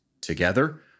together